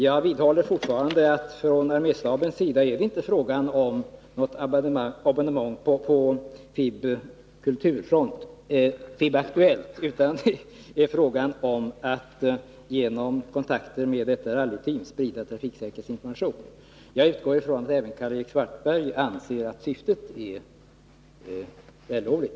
Jag vidhåller fortfarande att det från arméstabens sida inte är fråga om något abonnemang på FIB-Aktuellt, utan avsikten är att genom kontakter med rallyteamet sprida trafiksäkerhetsinformation. Jag utgår från att även Karl-Erik Svartberg anser att det sista är vällovligt.